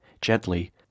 gently